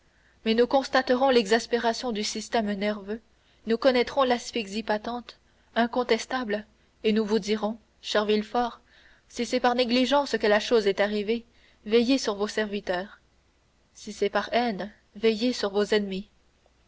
mais nous constaterons l'exaspération du système nerveux nous reconnaîtrons l'asphyxie patente incontestable et nous vous dirons cher villefort si c'est par négligence que la chose est arrivée veillez sur vos serviteurs si c'est par haine veillez sur vos ennemis